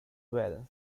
well